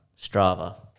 Strava